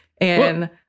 And-